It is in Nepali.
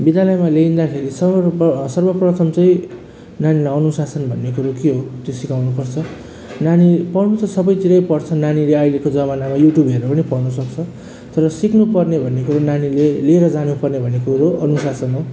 विद्यालयमा ल्याइँदाखेरि सर्व सर्वप्रथम चाहिँ नानीलाई अनुशासन भन्ने कुरो के हो त्यो सिकाउनु पर्छ नानी पढ्नु त सबैतिरै पढ्छन् नानीले अहिलेको जमानामा यु ट्युब हेरेर पनि पढ्नु सक्छ तर सिक्नु पर्ने भन्ने कुरो नानीले लिएर जानु पर्ने भन्ने कुरो अनुशासन हो